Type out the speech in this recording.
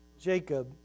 Jacob